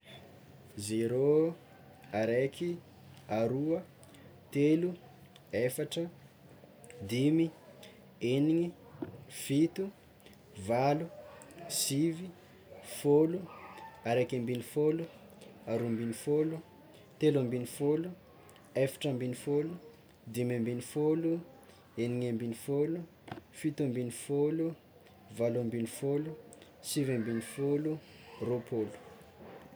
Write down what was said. Zero, araiky, aroa, telo, efatra, dimy, eniny, fito, valo, sivy, fôlo, araka ambin'ny fôlo, telo ambin'ny fôlo, dimy ambin'ny fôlo, eniny ambin'ny fôlo, fito ambin'ny fôlo, valo ambin'ny fôlo, sivy ambin'ny fôlo, rôpôlo.